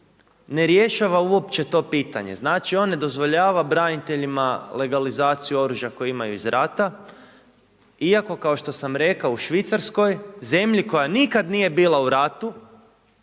ne rješava uopće to pitanje. Znači, on ne dozvoljava braniteljima legalizaciju oružja koje imaju iz rata iako kao što sam rekao u Švicarskoj, zemlji koja nikada nije bila u ratu